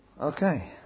Okay